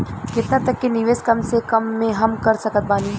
केतना तक के निवेश कम से कम मे हम कर सकत बानी?